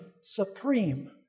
supreme